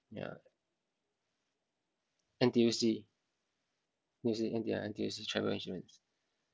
ya N_T_U_C using N_T uh N_T_U_C travel insurance